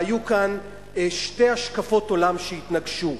והיו כאן שתי השקפות עולם שהתנגשו.